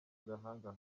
agahanga